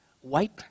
White